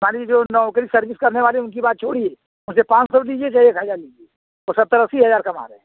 मान लीजिए जो नौकरी सर्विस करने वाले हैं उनकी बात छोड़िए उनसे पाँच सौ लीजिए चाहे एक हजार लीजिए वो सत्तर अस्सी हजार कमा रहे हैं